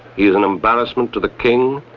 he is an embarrassment to the king,